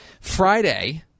Friday